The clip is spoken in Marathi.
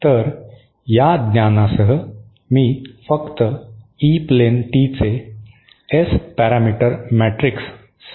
तर या ज्ञानासह मी फक्त ई प्लेन टीचे एस पॅरामीटर मॅट्रिक्स सांगत आहे